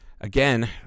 again